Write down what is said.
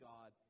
God